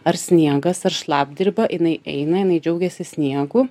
ar sniegas ar šlapdriba jinai eina jinai džiaugiasi sniegu